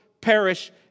perish